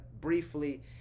briefly